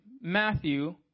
matthew